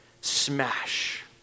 Smash